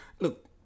look